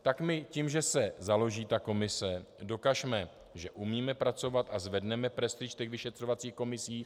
Tak my tím, že se založí komise, dokažme, že umíme pracovat, a zvedneme prestiž vyšetřovacích komisí.